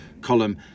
column